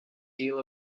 deal